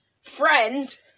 friend